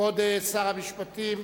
כבוד שר המשפטים,